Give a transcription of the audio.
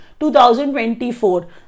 2024